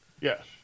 Yes